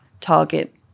target